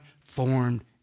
formed